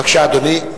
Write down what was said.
בבקשה, אדוני.